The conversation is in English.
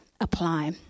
apply